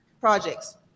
projects